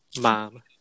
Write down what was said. Mom